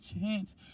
chance